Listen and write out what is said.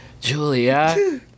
julia